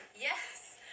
Yes